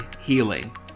healing